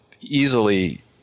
easily